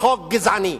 תמכה כמעט בכל חוק גזעני.